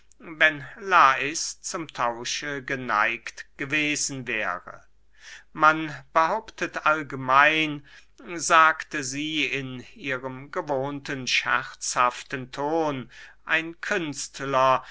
lais zum tausche geneigt gewesen wäre man behauptet allgemein sagte sie in ihrem gewohnten scherzhaften ton ein künstler